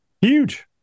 Huge